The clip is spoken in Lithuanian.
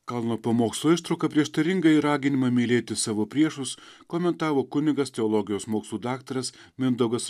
kalno pamokslo ištrauką prieštaringąjį raginimą mylėti savo priešus komentavo kunigas teologijos mokslų daktaras mindaugas